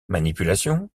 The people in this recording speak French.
manipulation